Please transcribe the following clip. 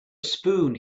spoon